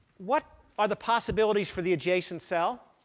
what are the possibilities for the adjacent cell?